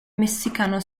messicano